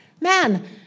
Man